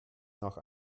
nach